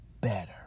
better